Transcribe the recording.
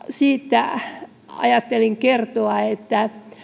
siitä ajattelin kertoa että